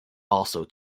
also